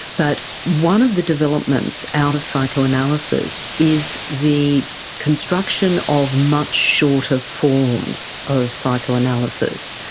but one of the developments out of psychoanalysis is the construction of much shorter forms of psychoanalysis.